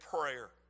prayer